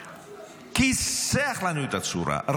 כיסח לנו את הצורה,